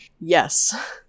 Yes